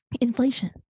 inflation